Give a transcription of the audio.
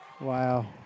Wow